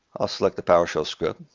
i'll select the powershell script.